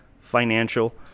financial